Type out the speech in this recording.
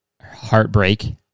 heartbreak